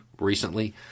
recently